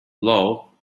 law